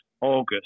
August